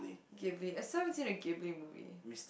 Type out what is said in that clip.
Ghibly I still haven't seen a Ghibly movie